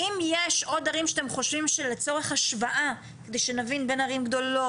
אם יש עוד ערים שאתם חושבים שלצורך השוואה כדי שנבין בין ערים גדולות,